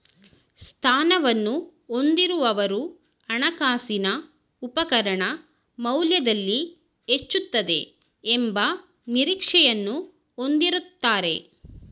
ಸ್ಥಾನವನ್ನು ಹೊಂದಿರುವವರು ಹಣಕಾಸಿನ ಉಪಕರಣ ಮೌಲ್ಯದಲ್ಲಿ ಹೆಚ್ಚುತ್ತದೆ ಎಂಬ ನಿರೀಕ್ಷೆಯನ್ನು ಹೊಂದಿರುತ್ತಾರೆ